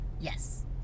Yes